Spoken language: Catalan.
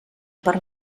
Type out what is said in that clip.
per